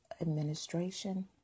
Administration